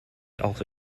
also